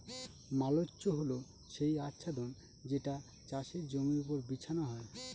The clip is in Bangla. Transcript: মালচ্য হল সেই আচ্ছাদন যেটা চাষের জমির ওপর বিছানো হয়